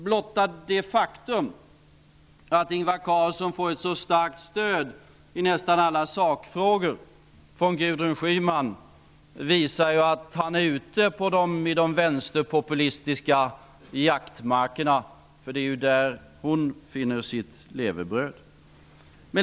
Blotta det faktum att Ingvar Carlsson får ett så starkt stöd i nästan alla sakfrågor från Gudrun Schyman visar att han är ute i de vänsterpopulistiska jaktmarkerna. Det är ju där som hon finner sitt levebröd.